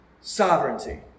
sovereignty